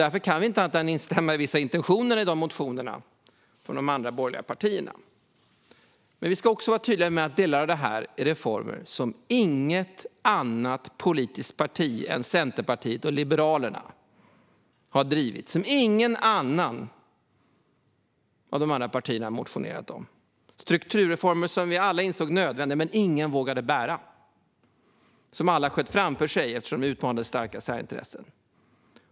Därför kan vi inte annat än instämma i vissa av intentionerna i motionerna från de andra borgerliga partierna. Men vi ska också vara tydliga med att delar av detta är reformer som inga andra politiska partier än Centerpartiet och Liberalerna har drivit. Inget annat parti har motionerat om det. Det handlar om strukturreformer som vi alla insåg var nödvändiga men som ingen vågade bära. Alla sköt dem framför sig eftersom de utmanade starka särintressen.